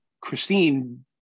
Christine